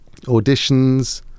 auditions